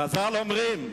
חז"ל אומרים: